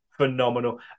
Phenomenal